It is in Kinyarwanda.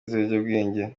z’ibiyobyabwenge